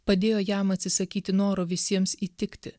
padėjo jam atsisakyti noro visiems įtikti